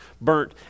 burnt